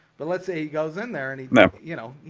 but let's say he goes in there and he's no you know,